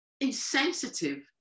insensitive